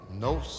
No